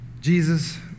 Jesus